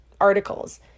articles